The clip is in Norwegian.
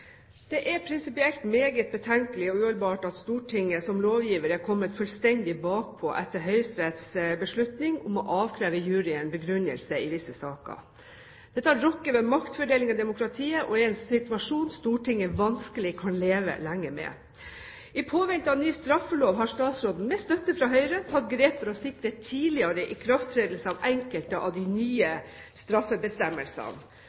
prinsipielt meget betenkelig og uholdbart at Stortinget som lovgiver er kommet fullstendig bakpå etter Høyesteretts beslutning om å avkreve juryen begrunnelse i visse saker. Dette rokker ved maktfordelingen i demokratiet, og er en situasjon som Stortinget vanskelig kan leve lenge med. I påvente av ny straffelov har statsråden, med støtte fra Høyre, tatt grep for å sikre tidligere ikrafttredelse av enkelte av de